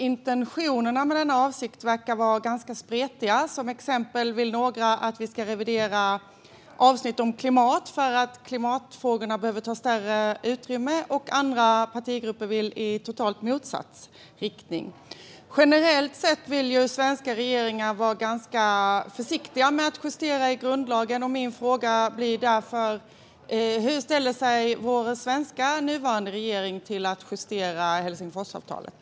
Intentionerna med detta verkar vara ganska spretiga - till exempel vill några att vi ska revidera avsnitt om klimat därför att klimatfrågorna behöver ta större utrymme, medan andra partigrupper vill gå i totalt motsatt riktning. Generellt sett vill ju svenska regeringar vara ganska försiktiga med att justera grundlagen. Min fråga blir därför: Hur ställer sig vår nuvarande svenska regering till att justera Helsingforsavtalet?